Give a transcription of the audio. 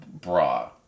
bra